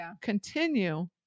Continue